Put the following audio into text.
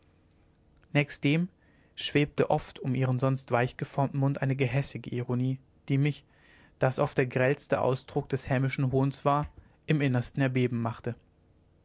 nächstdem schwebte oft um ihren sonst weich geformten mund eine gehässige ironie die mich da es oft der grellste ausdruck des hämischen hohns war im innersten erbeben machte